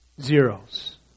zeros